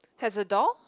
has a door